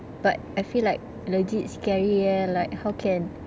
but I feel like legit scary eh like how can